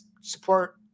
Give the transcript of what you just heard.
support